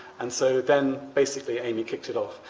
and so then, basically, amy kicked it off.